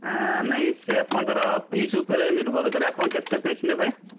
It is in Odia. ନାହିଁ ସେ ଆପଣଙ୍କର ପିସ୍ ଉପରେ ନିର୍ଭର କରେ ଆପଣ କେତେ ପିସ୍ ନେବେ